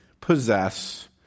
possess